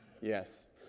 Yes